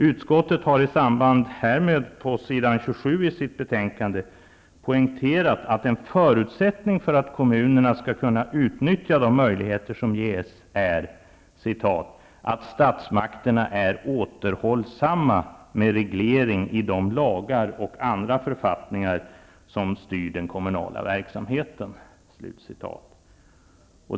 Utskottet har i samband härmed på s. 27 i sitt betänkande poängterat att en förutsättning för att kommunerna skall kunna utnyttja de möjligheter som ges är ''att statsmakterna är återhållsamma med reglering i de lagar och andra författningar som styr den kommunala verksamheten''.